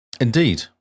Indeed